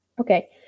Okay